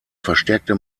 verstärkte